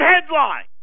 headline